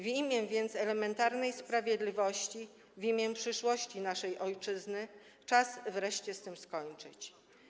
W imię elementarnej sprawiedliwości, w imię przyszłości naszej ojczyzny czas wreszcie z tym skończyć.